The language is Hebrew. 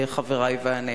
חברי ואני?